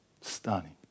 stunning